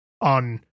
on